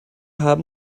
haben